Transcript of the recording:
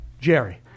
Jerry